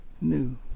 new